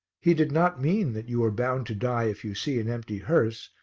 he did not mean that you are bound to die if you see an empty hearse,